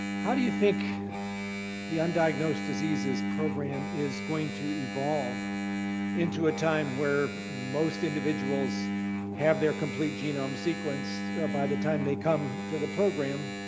how do you think the undiagnosed diseases program is going to evolve into a time where most individuals have their complete genomes sequenced by the time they come to the program,